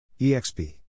EXP